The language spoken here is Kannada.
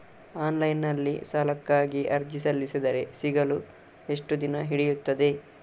ಆನ್ಲೈನ್ ನಲ್ಲಿ ಸಾಲಕ್ಕಾಗಿ ಅರ್ಜಿ ಸಲ್ಲಿಸಿದರೆ ಸಿಗಲು ಎಷ್ಟು ದಿನ ಹಿಡಿಯುತ್ತದೆ?